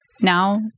now